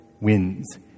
wins